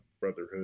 brotherhood